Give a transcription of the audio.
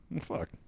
fuck